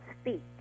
speak